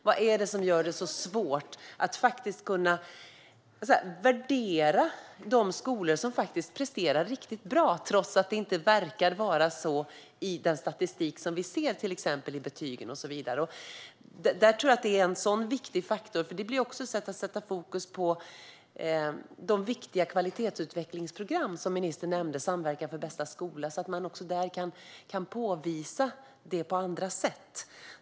Vad är det som gör det så svårt att värdera de skolor som trots att det inte verkar så till exempel i betygsstatistiken faktiskt presterar riktigt bra? När man sätter fokus på de viktiga kvalitetsutvecklingsprogram som ministern nämnde, till exempel Samverkan för bästa skola, tror jag att det är viktigt att man också kan påvisa resultat på andra sätt.